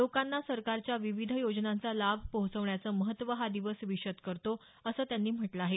लोकांना सरकारच्या विविध योजनांचा लाभ पोहोचवण्याचं महत्व हा दिवस विषद करतो असं त्यांनी म्हटलं आहे